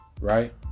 right